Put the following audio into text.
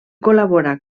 col·labora